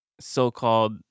so-called